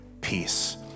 peace